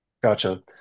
Gotcha